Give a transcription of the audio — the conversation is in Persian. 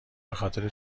بخاطر